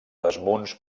desmunts